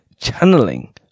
channeling